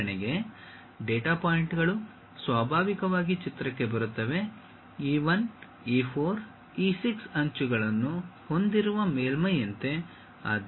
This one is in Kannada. ಉದಾಹರಣೆಗೆ ಡೇಟಾ ಪಾಯಿಂಟ್ಗಳು ಸ್ವಾಭಾವಿಕವಾಗಿ ಚಿತ್ರಕ್ಕೆ ಬರುತ್ತವೆ E 1 E 4 E 6 ಅಂಚುಗಳನ್ನು ಹೊಂದಿರುವ ಮೇಲ್ಮೈಯಂತೆ